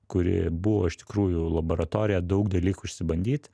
kuri buvo iš tikrųjų laboratorija daug dalykų išsibandyt